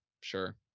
sure